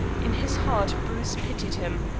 in his heart bruce pitied him,